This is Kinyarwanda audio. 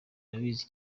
barabizi